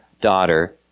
daughter